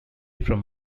from